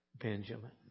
Benjamin